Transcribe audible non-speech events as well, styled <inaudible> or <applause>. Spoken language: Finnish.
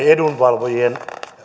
<unintelligible> edunvalvojien